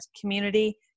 community